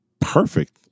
perfect